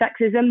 sexism